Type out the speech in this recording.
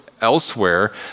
elsewhere